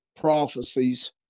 prophecies